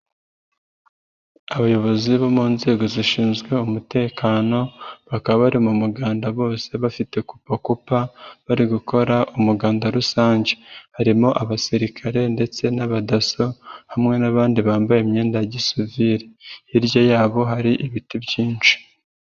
Abayobozi bo mu nzego zishinzwe umutekano, bakaba bari mu muganda bose bafite kupakupa, bari gukora umuganda rusange. Harimo abasirikare ndetse n'abadaso, hamwe n'abandi bambaye imyenda ya gisivili. Hirya yabo hari ibiti byinshi.